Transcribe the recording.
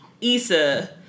Issa